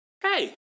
hey